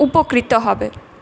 উপকৃত হবে